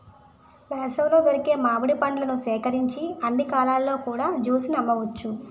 వేసవిలో దొరికే మామిడి పండ్లను సేకరించి అన్ని కాలాల్లో కూడా జ్యూస్ ని అమ్మవచ్చు